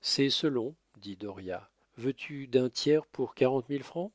c'est selon dit dauriat veux-tu d'un tiers pour quarante mille francs